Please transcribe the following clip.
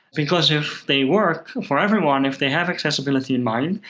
because if they work for everyone, if they have accessibility in mind,